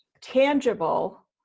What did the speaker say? tangible